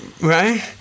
Right